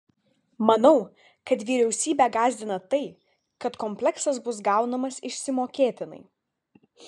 manau kad vyriausybę gąsdina tai kad kompleksas bus gaunamas išsimokėtinai